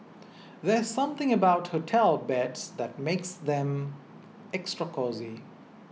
there's something about hotel beds that makes them extra cosy